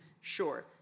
Sure